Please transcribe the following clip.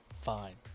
fine